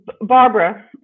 Barbara